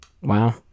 wow